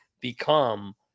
become